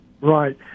Right